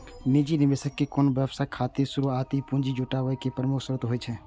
निजी निवेशक कोनो व्यवसाय खातिर शुरुआती पूंजी जुटाबै के प्रमुख स्रोत होइ छै